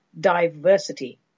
diversity